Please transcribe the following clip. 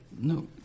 No